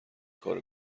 کارو